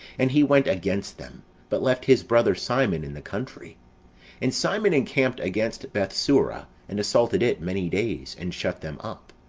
and he went against them but left his brother, simon, in the country and simon encamped against bethsura, and assaulted it many days, and shut them up.